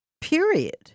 Period